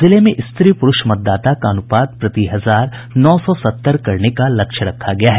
जिले में स्त्री पुरूष मतदाता का अनुपात प्रति हजार नौ सौ सत्तर करने का लक्ष्य रखा गया है